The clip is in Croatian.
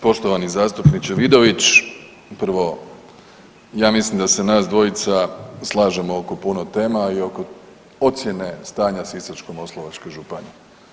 Poštovani zastupniče Vidović, prvo ja mislim da se nas dvojica slažemo oko puno tema i oko ocijene stanja Sisačko-moslavačke županije.